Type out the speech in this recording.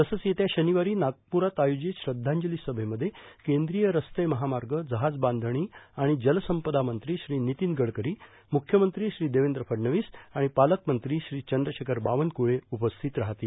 तसंच येत्या शनिवारी नागपुरात आयोजित श्रद्धांजली सभेमध्ये केंद्रीय रस्ते महामार्ग जहाजबांधणी आणि जलसंपदा मंत्री श्री नितीन गडकरी मुख्यमंत्री श्री देवेंद्र फडणवीस आणि पालकमंत्री श्री चंद्रशेखर बावनकुळे उपस्थित राहतील